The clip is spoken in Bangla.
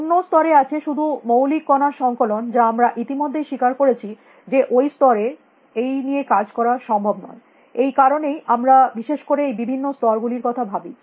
অন্য স্তরে আছে শুধু মৌলিক কণার সংকলন যা আমরা ইতিমধ্যেই স্বীকার করেছি যে ওই স্তরে এই নিয়ে কাজ করা সম্ভব নয় এই কারণেই আমরা বিশেষ করে এই বিভিন্ন স্তর গুলির কথা ভাবি